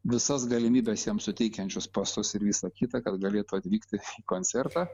visas galimybes jiem suteikiančius pasus ir visa kita kad galėtų atvykti koncertą